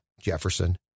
Jefferson